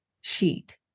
sheet